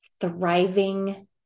thriving